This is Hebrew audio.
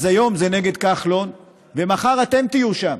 אז היום זה נגד כחלון, ומחר אתם תהיו שם,